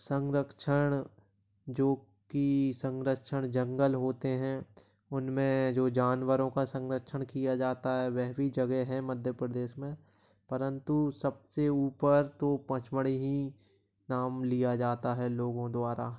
संरक्षण जो कि संरक्षण जंगल होते हैं उनमे जो जानवरों का संरक्षण किया जाता है वह भी जगह हैं मध्य प्रदेश में परंतु सबसे ऊपर तो पँचमढ़ी ही नाम लिया जाता है लोगों द्वारा